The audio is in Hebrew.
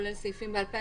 כולל סעיפים בעל פה,